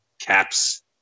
caps